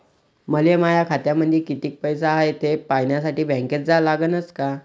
मले माया खात्यामंदी कितीक पैसा हाय थे पायन्यासाठी बँकेत जा लागनच का?